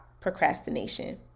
procrastination